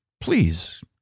please